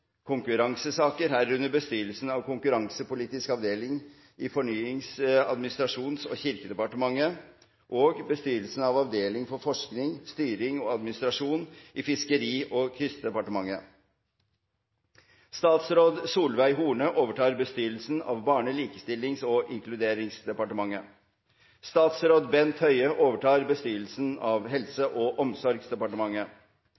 konkurransesaker, herunder bestyrelsen av Konkurransepolitisk avdeling i Fornyings-, administrasjons- og kirkedepartementet, og – bestyrelsen av Avdeling for forskning, styring og administrasjon i Fiskeri- og kystdepartementet. Statsråd Solveig Horne overtar bestyrelsen av Barne-, likestillings- og inkluderingsdepartementet. Statsråd Bent Høie overtar bestyrelsen av